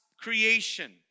creation